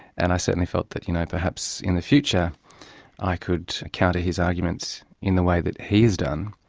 and i certainly felt that, you know, perhaps in the future i could counter his arguments in the way that he's done.